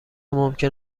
ممکن